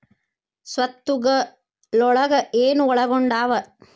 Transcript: ಸ್ವತ್ತುಗಲೊಳಗ ಏನು ಒಳಗೊಂಡಾವ?